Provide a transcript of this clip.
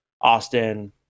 austin